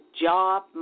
job